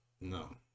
No